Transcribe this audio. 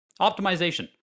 optimization